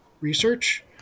research